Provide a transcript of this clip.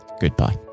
Goodbye